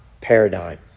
paradigm